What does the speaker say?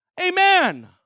Amen